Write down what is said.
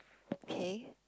okay